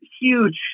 huge